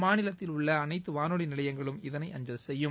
மாநிலத்தில் உள்ள அனைத்து வானொலி நிலையங்களும் இதனை அஞ்சல் செய்யும்